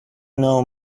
know